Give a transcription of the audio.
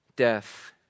Death